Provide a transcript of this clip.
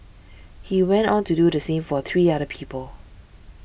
he went on to do the same for three other people